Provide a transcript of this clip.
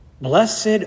Blessed